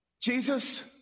Jesus